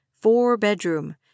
Four-bedroom